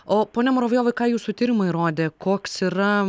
o pone muravjovai ką jūsų tyrimai rodė koks yra